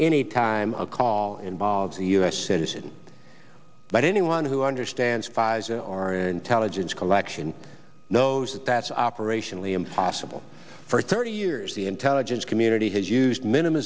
anytime a call involves a u s citizen but anyone who understands pfizer or intelligence collection knows that that's operationally impossible for thirty years the intelligence community has used minim